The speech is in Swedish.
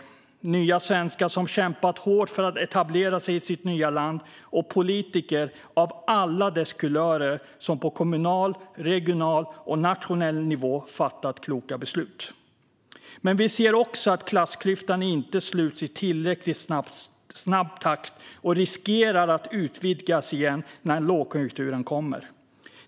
Det är nya svenskar som har kämpat hårt för att etablera sig i sitt nya land och politiker av alla kulörer som på kommunal, regional och nationell nivå har fattat kloka beslut. Men vi ser också att klassklyftan inte sluts i tillräckligt snabb takt och att den riskerar att utvidgas igen när lågkonjunkturen kommer.